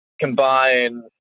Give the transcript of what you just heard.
combine